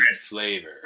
flavor